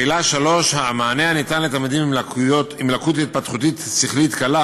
3. המענה הניתן לתלמידים עם לקות התפתחותית שכלית קלה